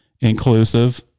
inclusive